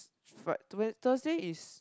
Fri~ to when Thursday is